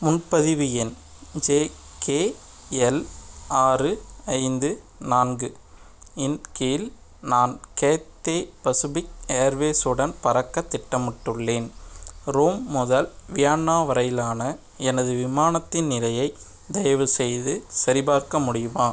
முன்பதிவு எண் ஜேகேஎல் ஆறு ஐந்து நான்கு இன் கீழ் நான் கேத்தே பசிபிக் ஏர்வேஸ் உடன் பறக்க திட்டமிட்டுள்ளேன் ரோம் முதல் வியன்னா வரையிலான எனது விமானத்தின் நிலையை தயவுசெய்து சரிபார்க்க முடியுமா